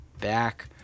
back